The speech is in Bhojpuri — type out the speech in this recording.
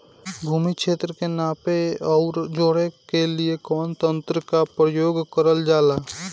भूमि क्षेत्र के नापे आउर जोड़ने के लिए कवन तंत्र का प्रयोग करल जा ला?